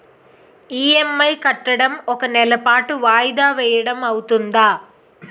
EMI కట్టడం ఒక నెల పాటు వాయిదా వేయటం అవ్తుందా?